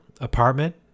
apartment